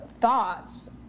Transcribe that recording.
thoughts